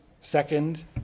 Second